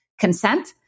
consent